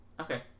Okay